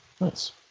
Nice